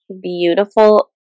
beautiful